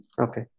okay